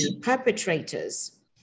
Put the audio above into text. perpetrators